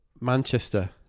Manchester